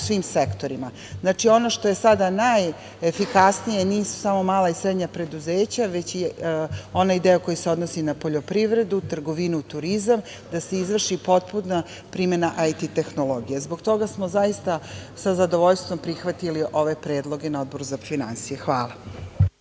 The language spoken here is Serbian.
u svim sektorima. Znači, ono što je sada najefikasnije, nisu samo mala i srednja preduzeća, već i onaj deo koji se odnosi na poljoprivredu, trgovinu, turizam, da se izvrši potpuna primena IT tehnologije. Zbog toga smo zaista sa zadovoljstvom prihvatili ove predloge na Odboru za finansije. Hvala.